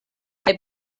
kaj